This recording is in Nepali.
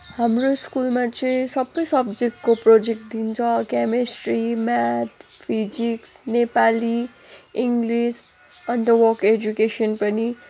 हाम्रो स्कुलमा चाहिँ सबै सब्जेक्टको प्रोजेक्ट दिन्छ chemistry math physics Nepali English अन्त वर्क एजुकेसन पनि